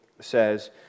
says